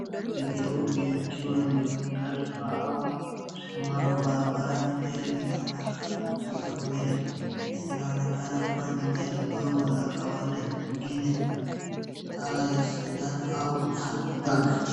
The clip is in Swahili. Gari jeupe likiwa limeegeshwa au kusimama barabarani, gari linaonekana kutoka mbele inaonekana kuwa ni gari ndogo ya kawaida ingine hala ya Sudan au hatchpack .